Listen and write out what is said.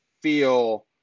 feel –